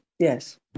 Yes